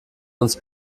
uns